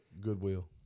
Goodwill